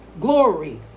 glory